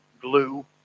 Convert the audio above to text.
glue